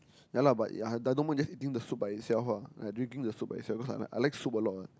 ya lah but I don't mind just eating the soup by itself lah like drinking the soup by itself I like soup a lot